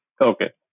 Okay